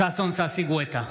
ששון ששי גואטה,